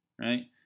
right